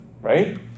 right